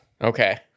okay